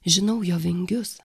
žinau jo vingius